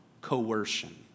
coercion